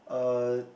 uh